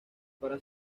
para